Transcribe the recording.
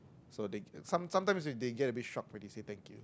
so they some sometimes they get a bit shock when they say thank you